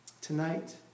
Tonight